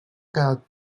quedat